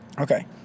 Okay